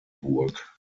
burg